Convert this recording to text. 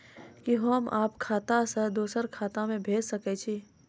कि होम आप खाता सं दूसर खाता मे भेज सकै छी?